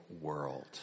world